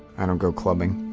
i don't go clubbing.